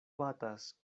batas